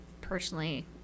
Personally